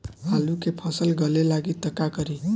आलू के फ़सल गले लागी त का करी?